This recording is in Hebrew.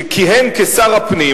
שכיהן כשר הפנים,